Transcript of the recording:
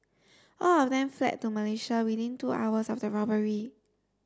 all of them fled to Malaysia within two hours of the robbery